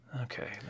Okay